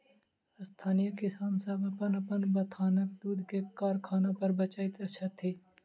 स्थानीय किसान सभ अपन अपन बथानक दूध के कारखाना पर बेचैत छथि